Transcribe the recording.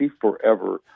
forever